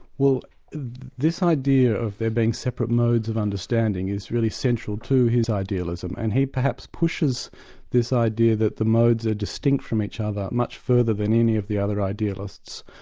well this idea of there being separate modes of understanding is really central to his idealism and he perhaps pushes this idea that the modes are distinct from each other much further than any of the other idealists.